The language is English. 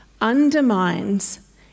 undermines